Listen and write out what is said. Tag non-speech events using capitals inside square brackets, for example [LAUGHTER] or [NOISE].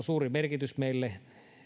[UNINTELLIGIBLE] suuri merkitys meille